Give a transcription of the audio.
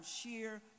sheer